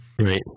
Right